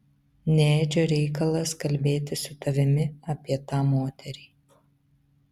ne edžio reikalas kalbėti su tavimi apie tą moterį